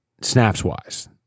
snaps-wise